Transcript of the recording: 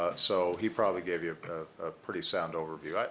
ah so he probably gave you a pretty sound overview. but